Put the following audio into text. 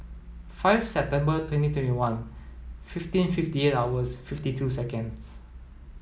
five September twenty twenty one fifteen fifty eight hours fifty two seconds